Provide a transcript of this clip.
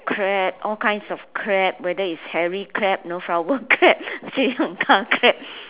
crab all kinds of crab whether is hairy crab know flower crab crab